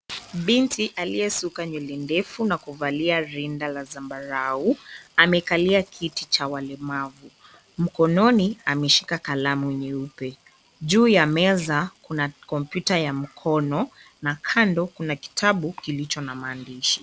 Binti aliyesuka nywele ndefu na kuvalia rinda la zambarau. Amekalia kiti cha walemavu. Mkononi ,ameshika kalamu nyeupe. Juu ya meza, kuna kompyuta ya mkono na kando kuna kitabu kilicho na maandishi.